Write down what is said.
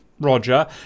Roger